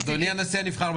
אדוני הנשיא הנבחר,